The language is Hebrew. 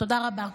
תודה רבה.